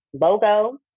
logo